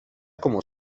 como